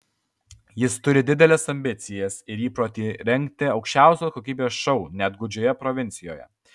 jis turi dideles ambicijas ir įprotį rengti aukščiausios kokybės šou net gūdžioje provincijoje